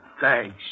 Thanks